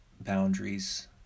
boundaries